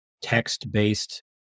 text-based